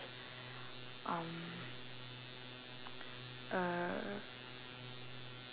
um a